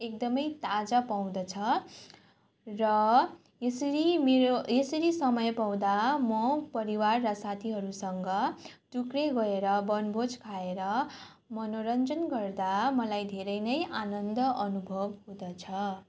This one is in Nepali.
एकदमै ताजा पाउँदछ र यसरी मेरो यसरी समय पाउँदा म परिवार र साथीहरूसँग टुक्रे गएर वनभोज खाएर मनोरञ्जन गर्दा मलाई धेरै नै आनन्द अनुभव हुँदछ